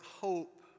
hope